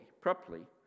properly